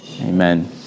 Amen